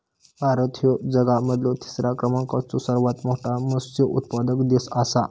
भारत ह्यो जगा मधलो तिसरा क्रमांकाचो सर्वात मोठा मत्स्य उत्पादक देश आसा